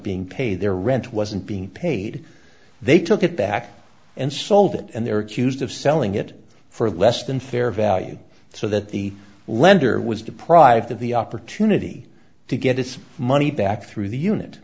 being paid their rent wasn't being paid they took it back and sold it and they're accused of selling it for less than fair value so that the lender was deprived of the opportunity to get its money back through the unit